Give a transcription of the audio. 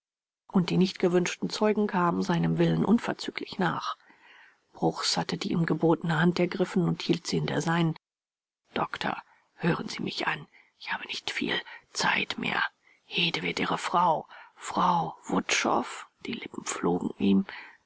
und die nicht gewünschten zeugen kamen seinem willen unverzüglich nach bruchs hatte die ihm gebotene hand ergriffen und hielt sie in der seinen doktor hören sie mich an ich habe nicht viel zeit mehr hede wird ihre frau frau wut schow die lippen flogen ihm